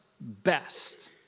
best